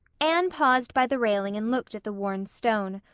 anne paused by the railing and looked at the worn stone,